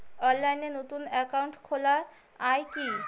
অনলাইনে নতুন একাউন্ট খোলা য়ায় কি?